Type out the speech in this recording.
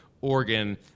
Oregon